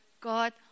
God